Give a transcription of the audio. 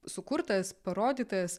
sukurtas parodytas